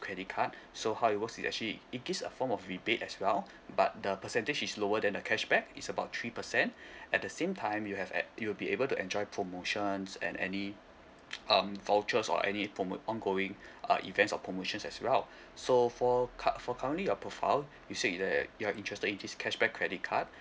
credit card so how it works it's actually it gives a form of rebate as well but the percentage is lower than a cashback is about three percent at the same time you have at you'll be able to enjoy the promotions and any um vouchers or any promote ongoing ah events or promotions as well so for cu~ for currently your profile you say that you're interested in this cashback credit card